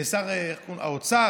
האוצר,